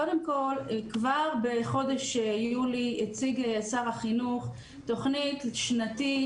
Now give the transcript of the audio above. קודם כל כבר בחודש יולי הציג שר החינוך תוכנית שנתית